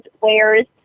wears